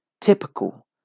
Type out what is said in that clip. typical